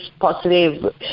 positive